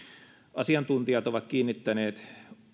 asiantuntijat ovat kiinnittäneet